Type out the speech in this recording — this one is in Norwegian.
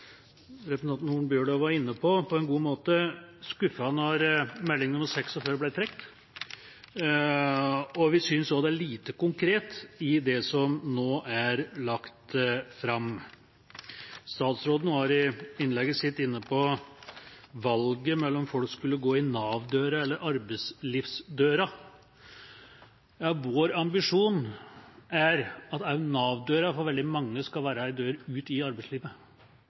representanten Holen Bjørdal på en god måte var inne på, skuffet da Meld. St. 46 for 2012–2013 ble trukket, og vi synes også det er lite konkret i det som nå er lagt fram. Statsråden var i innlegget sitt inne på valget folk har, om de skal gå inn Nav-døra eller inn arbeidslivsdøra. Vår ambisjon er at også Nav-døra skal være en dør ut i arbeidslivet